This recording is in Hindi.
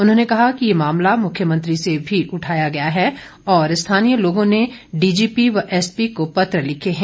उन्होंने कहा कि यह मामला मुख्यमंत्री से भी उठाया गया है और स्थानीय लोगों ने डीजीपी व एसपी को पत्र लिखे हैं